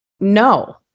no